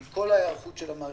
עם כל ההיערכות של המערכת,